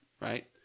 right